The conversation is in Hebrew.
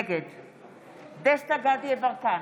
נגד דסטה גדי יברקן,